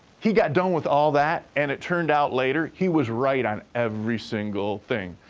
he got done with all that, and it turned out later he was right on every single thing.